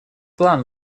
план